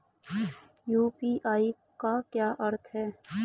UPI का क्या अर्थ है?